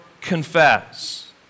confess